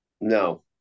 No